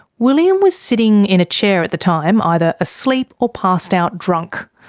william was sitting in a chair at the time, either asleep or passed out drunk.